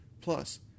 Plus